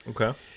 okay